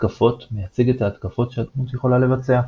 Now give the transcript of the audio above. התקפות – מייצג את ההתקפות שהדמות יכולה לבצע.